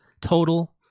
total